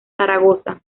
zaragoza